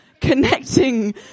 connecting